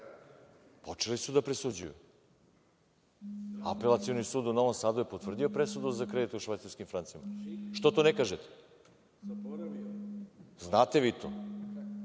Počeli su da presuđuju. Apelacioni sud u Novom Sadu je potvrdio presudu za kredit u švajcarskim francima. Što to ne kažete? Znate vi to.